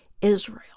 Israel